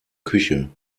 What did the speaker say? küche